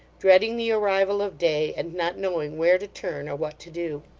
dreading the arrival of day and not knowing where to turn or what to do.